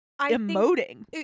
emoting